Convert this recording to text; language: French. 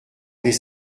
les